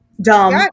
dumb